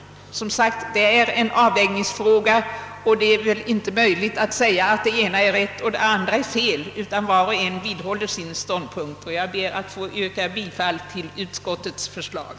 Det är som sagt en avvägningsfråga, och det är väl inte möjligt att säga att det ena är rätt och det andra fel — var och en vidhåller nog sin ståndpunkt. Jag ber att få yrka bifall till utskottets förslag.